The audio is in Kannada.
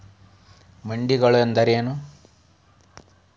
ಮಂಡಿಗಳು ಅಂದ್ರೇನು?